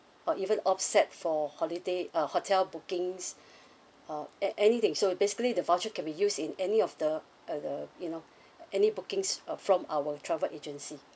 or even offset for holiday uh hotel bookings uh a~ anything so basically the voucher can be used in any of the uh the you know any bookings uh from our travel agency